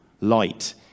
light